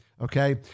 Okay